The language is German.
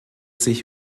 sich